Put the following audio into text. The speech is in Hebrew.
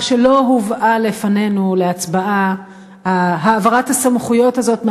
שלא הובאה לפנינו להצבעה העברת הסמכויות הזאת מהממשלה,